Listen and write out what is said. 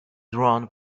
run